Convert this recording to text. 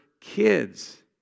kids